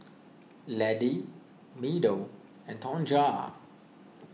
Laddie Meadow and Tonja